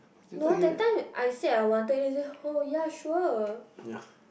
no that time I said I wanted then you said oh ya sure